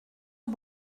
aux